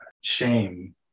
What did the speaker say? Shame